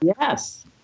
Yes